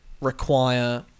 require